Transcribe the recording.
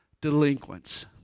delinquents